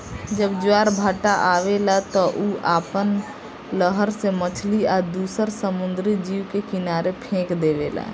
जब ज्वार भाटा आवेला त उ आपना लहर से मछली आ दुसर समुंद्री जीव के किनारे फेक देवेला